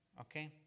okay